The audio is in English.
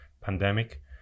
pandemic